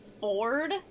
bored